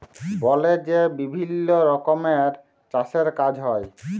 বলে যে বিভিল্ল্য রকমের চাষের কাজ হ্যয়